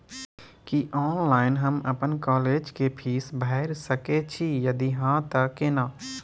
की online हम अपन college के फीस भैर सके छि यदि हाँ त केना?